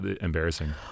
embarrassing